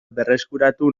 berreskuratu